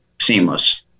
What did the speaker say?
seamless